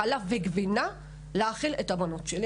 חלב וגבינה כדי להאכיל את הבנות שלי